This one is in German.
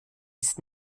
des